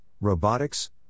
robotics